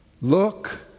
Look